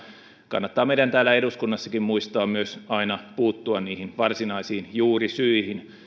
kannattaa meidän täällä eduskunnassakin muistaa aina puuttua myös niihin varsinaisiin juurisyihin